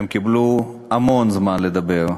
הם קיבלו המון זמן לדבר.